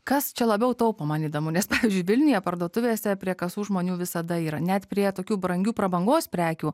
kas čia labiau taupo man įdomu nes pavyzdžiui vilniuje parduotuvėse prie kasų žmonių visada yra net prie tokių brangių prabangos prekių